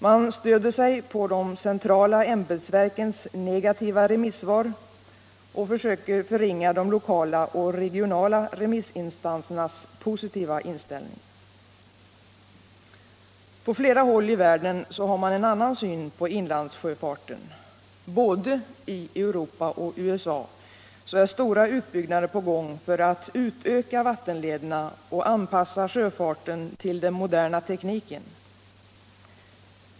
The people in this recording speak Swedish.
Man stöder sig på de centrala ämbetsverkens negativa remissvar och försöker förringa de lokala och regionala remissinstansernas positiva inställning. På flera andra håll i världen har man en annan syn på inlandssjöfarten. Både i Europa och USA är stora utbyggnader på gång för att utöka vattenlederna och anpassa sjöfarten till den moderna tekniken.